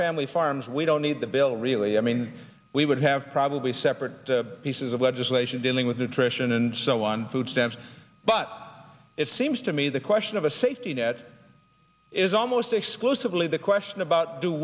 family farms we don't need the bill really i mean we would have probably separate pieces of legislation dealing with nutrition and so on food stamps but it seems to me the question of a safety net is almost exclusively the question about do